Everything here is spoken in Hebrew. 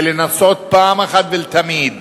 זה לנסות פעם אחת ולתמיד